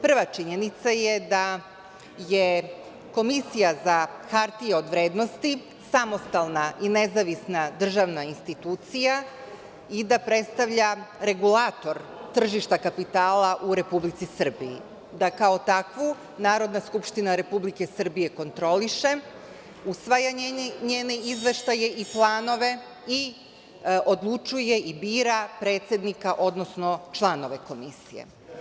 Prva činjenica je da je Komisija za hartije od vrednosti samostalna i nezavisna državna institucija i da predstavlja regulator tržišta kapitala u Republici Srbiji, da kao takvu Narodna skupština Republike Srbije kontroliše, usvaja njene izveštaje i planove i odlučuje i bira predsednika, odnosno članove komisije.